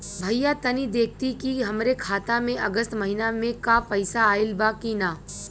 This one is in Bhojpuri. भईया तनि देखती की हमरे खाता मे अगस्त महीना में क पैसा आईल बा की ना?